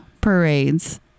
parades